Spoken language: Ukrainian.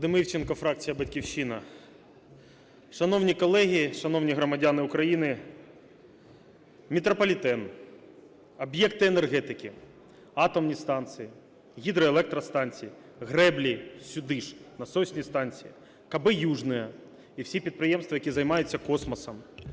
Вадим Івченко, фракція "Батьківщина". Шановні колеги, шановні громадяни України! Метрополітен, об'єкти енергетики, атомні станції, гідроелектростанції, греблі, сюди ж насосні станції, КБ "Южное" і всі підприємства, які займаються космосом,